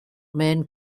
main